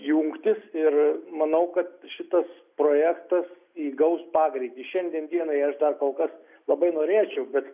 jungtis ir manau kad šitas projektas įgaus pagreitį šiandien dienai aš dar kol kas labai norėčiau bet